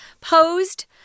posed